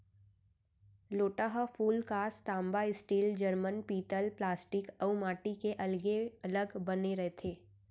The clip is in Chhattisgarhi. लोटा ह फूलकांस, तांबा, स्टील, जरमन, पीतल प्लास्टिक अउ माटी के अलगे अलग बने रथे